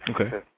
Okay